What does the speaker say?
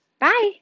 Bye